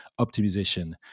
optimization